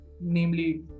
Namely